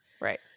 right